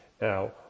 Now